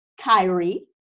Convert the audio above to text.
Kyrie